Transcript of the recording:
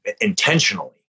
intentionally